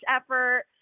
effort